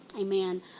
Amen